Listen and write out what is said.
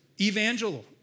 evangel